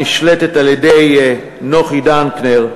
הנשלטת על-ידי נוחי דנקנר,